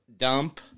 dump